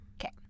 okay